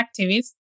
activists